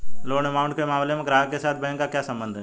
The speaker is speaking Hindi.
लोन अकाउंट के मामले में ग्राहक के साथ बैंक का क्या संबंध है?